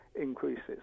increases